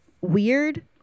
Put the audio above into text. weird